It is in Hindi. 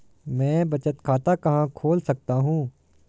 मैं बचत खाता कहां खोल सकता हूं?